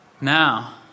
now